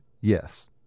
yes